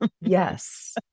Yes